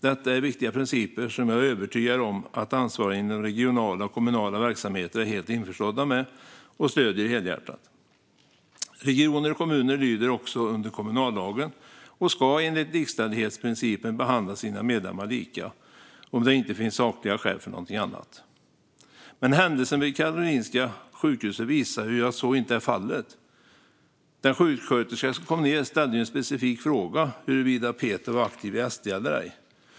Detta är viktiga principer som jag är övertygad om att ansvariga inom regionala och kommunala verksamheter är helt införstådda med och stöder helhjärtat. Regioner och kommuner lyder också under kommunallagen och ska enligt likställighetsprincipen behandla sina medlemmar lika, om det inte finns sakliga skäl för något annat." Men händelsen på Karolinska sjukhuset visar ju att så inte är fallet. Sjuksköterskan ställde ju den specifika frågan huruvida Peter var aktiv i SD eller ej.